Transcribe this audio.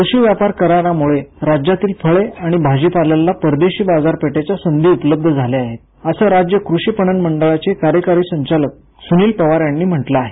कृषी व्यापार करारामुळे राज्यातील फळे आणि भाजीपाल्याला परदेशी बाजारपेठेच्या संधी उपलब्ध झाल्या आहेत असं राज्य कृषी पणन मंडळाचे कार्यकारी संचालक सूनील पवार यांनी म्हटलं आहे